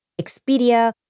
Expedia